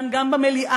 גם כאן במליאה.